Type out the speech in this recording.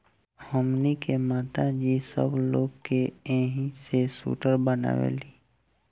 हमनी के माता जी सब लोग के एही से सूटर बनावेली